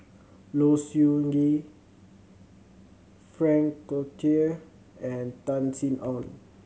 Low Siew Nghee Frank Cloutier and Tan Sin Aun